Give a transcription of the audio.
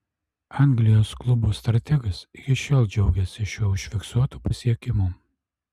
anglijos klubo strategas iki šiol džiaugiasi šiuo užfiksuotu pasiekimu